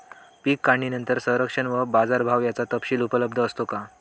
पीक काढणीनंतर संरक्षण व बाजारभाव याचा तपशील उपलब्ध असतो का?